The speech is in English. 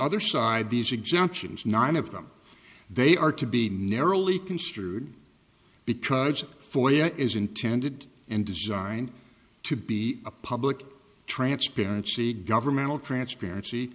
other side these exemptions nine of them they are to be narrowly construed because for the is intended and designed to be a public transparency governmental transparency